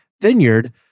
vineyard